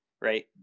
right